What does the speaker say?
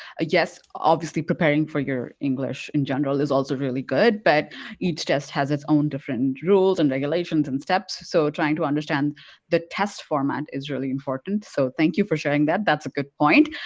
ah yes, obviously preparing for your english in general is also really good but each test has its own different rules and regulations and steps so trying to understand the test format is really important so thank you for sharing that that's a good point.